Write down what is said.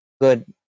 good